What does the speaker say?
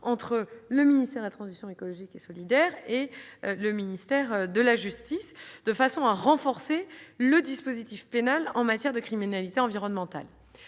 du ministère de la transition écologique et solidaire et du ministère de la justice, qui vise à renforcer le dispositif pénal en matière de criminalité environnementale.